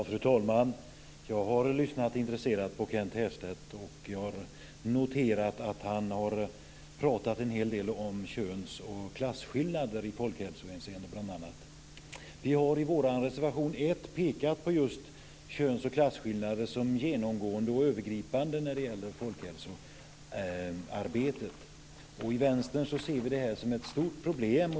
Fru talman! Jag har lyssnat intresserat på Kent Härstedt och noterat att han pratar en hel del om köns och klasskillnader i folkhälsohänseende. Vi har i vår reservation 1 pekat på just köns och klasskillnader som genomgående och övergripande när det gäller folkhälsoarbetet. I Vänstern ser vi detta som ett stort problem.